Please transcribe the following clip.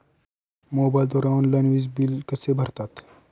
मोबाईलद्वारे ऑनलाईन वीज बिल कसे भरतात?